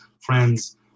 friends